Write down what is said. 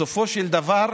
בסופו של דבר,